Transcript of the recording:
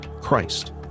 Christ